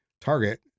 Target